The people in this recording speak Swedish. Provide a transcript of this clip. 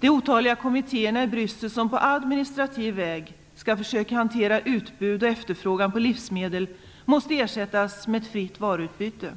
De otaliga kommittéerna i Bryssel, som på administrativ väg skall försöka hantera utbud och efterfrågan på livsmedel, måste ersättas med ett fritt varuutbyte.